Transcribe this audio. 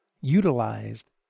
utilized